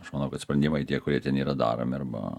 aš manau kad sprendimai tie kurie ten yra daromi arba